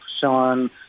Sean